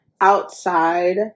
outside